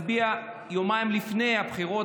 להצביע יומיים לפני הבחירות,